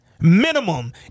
Minimum